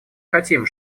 хотим